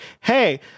hey